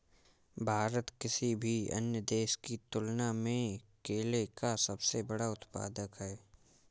भारत किसी भी अन्य देश की तुलना में केले का सबसे बड़ा उत्पादक है